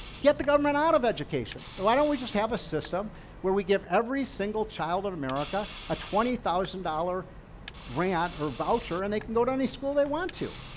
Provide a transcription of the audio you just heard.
get the government out of education and why don't we just have a system where we give every single child of america a twenty thousand dollars grant or voucher and they can go to any school they want to.